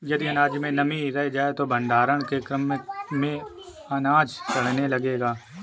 यदि अनाज में नमी रह जाए तो भण्डारण के क्रम में अनाज सड़ने लगेगा